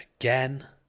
again